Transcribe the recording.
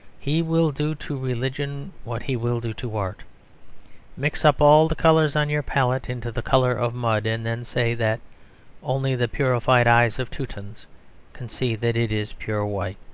he will do to religion what he will do to art mix up all the colours on your palette into the colour of mud and then say that only the purified eyes of teutons can see that it is pure white.